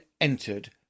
entered